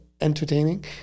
entertaining